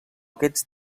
aquests